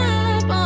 up